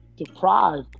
deprived